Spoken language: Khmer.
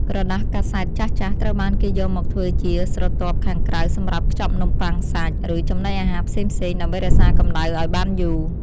ក្រដាសកាសែតចាស់ៗត្រូវបានគេយកមកធ្វើជាស្រទាប់ខាងក្រៅសម្រាប់ខ្ចប់នំបុ័ងសាច់ ឬចំណីអាហារផ្សេងៗដើម្បីរក្សាកម្ដៅឱ្យបានយូរ។